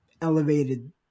elevated